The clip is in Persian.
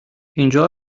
اینجا